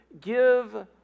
give